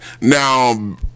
Now